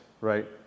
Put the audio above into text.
right